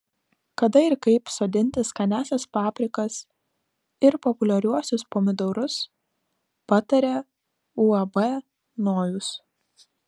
kada ir kaip sodinti skaniąsias paprikas ir populiariuosius pomidorus pataria uab nojus